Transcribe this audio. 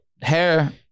Hair